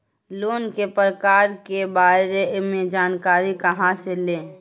Loan के प्रकार के बारे मे जानकारी कहा से ले?